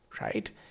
right